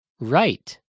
Right